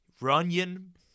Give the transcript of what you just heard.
Runyon